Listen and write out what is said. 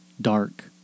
dark